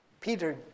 Peter